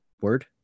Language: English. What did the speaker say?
word